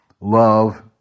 Love